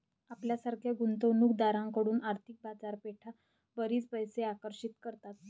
आपल्यासारख्या गुंतवणूक दारांकडून आर्थिक बाजारपेठा बरीच पैसे आकर्षित करतात